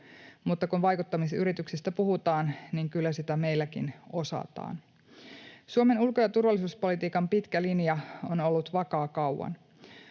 mutta kun vaikuttamisyrityksistä puhutaan, niin kyllä sitä meilläkin osataan. Suomen ulko- ja turvallisuuspolitiikan pitkä linja on ollut vakaa kauan.